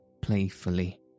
playfully